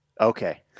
Okay